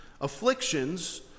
afflictions